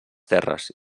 terres